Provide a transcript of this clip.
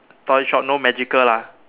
toy shop no magical lah